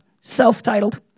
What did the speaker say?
self-titled